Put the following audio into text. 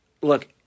Look